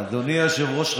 אדוני היושב-ראש,